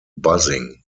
buzzing